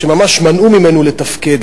שממש מנעו ממנו לתפקד,